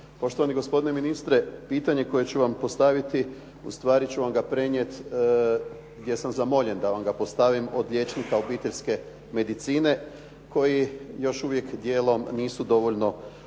Poštovani gospodine ministre, pitanje koje ću vam postaviti ustvari ću vam ga prenijet jer sam zamoljen da vam ga postavim od liječnika obiteljske medicine koji još uvijek dijelom nisu dovoljno upućeni